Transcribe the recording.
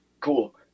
cool